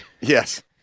Yes